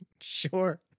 sure